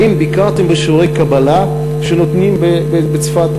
האם ביקרתם בשיעורי קבלה שניתנים בצפת?